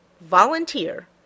Volunteer